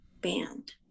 band